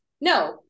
No